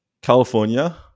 California